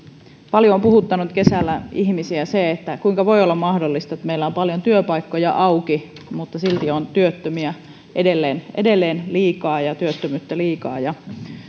paljon on puhuttanut kesällä ihmisiä se kuinka voi olla mahdollista että meillä on paljon työpaikkoja auki mutta silti on edelleen edelleen liikaa työttömiä ja työttömyyttä